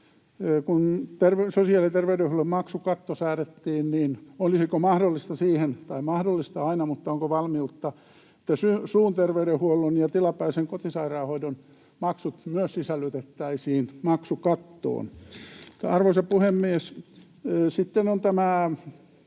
kun sosiaali- ja terveydenhuollon maksukatto säädettiin, niin olisiko mahdollista — tai mahdollista on aina, mutta onko valmiutta — että suun terveydenhuollon ja tilapäisen kotisairaanhoidon maksut myös sisällytettäisiin maksukattoon? Arvoisa puhemies! Sitten on tämä